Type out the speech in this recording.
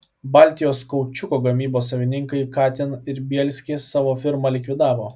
baltijos kaučiuko gamybos savininkai katin ir bielsky savo firmą likvidavo